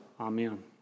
Amen